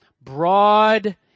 broad